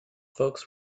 folks